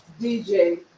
DJ